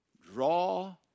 Draw